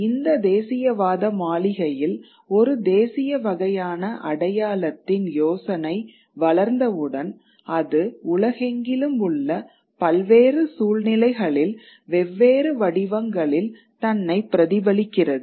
ஆனால் இந்த தேசியவாத மாளிகையில் ஒரு தேசிய வகையான அடையாளத்தின் யோசனை வளர்ந்தவுடன் அது உலகெங்கிலும் உள்ள பல்வேறு சூழ்நிலைகளில் வெவ்வேறு வடிவங்களில் தன்னைப் பிரதிபலிக்கிறது